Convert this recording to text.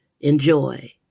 enjoy